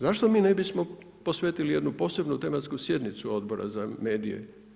Zašto mi ne bismo posvetili jednu posebnu tematsku sjednicu Odbora za medije?